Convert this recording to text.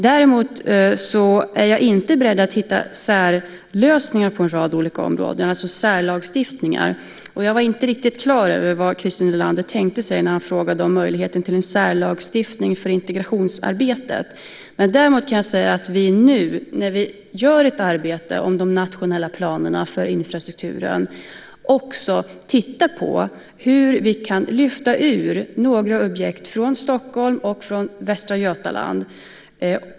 Däremot är jag inte beredd att hitta särlösningar på en rad olika områden, det vill säga särlagstiftningar. Jag var inte riktigt klar över vad Christer Nylander tänkte sig när han frågade om möjligheten till en särlagstiftning för integrationsarbetet. När vi nu gör ett arbete med de nationella planerna för infrastrukturen tittar vi också på hur vi kan lyfta ur några objekt från Stockholm och Västra Götaland.